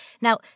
Now